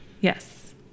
Yes